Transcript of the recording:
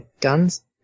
guns